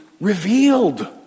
revealed